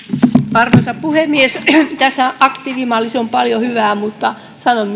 arvoisa puhemies tässä aktiivimallissa on paljon hyvää mutta sanon